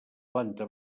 planta